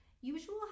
Usual